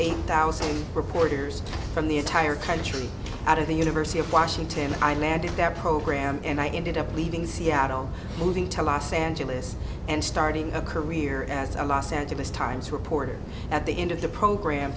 a thousand reporters from the entire country out of the university of washington and i landed that program and i ended up leaving seattle moving to los angeles and starting a career as a los angeles times reporter at the end of the program